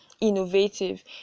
innovative